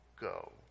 go